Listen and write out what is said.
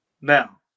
Now